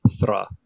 Thra